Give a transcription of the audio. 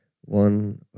one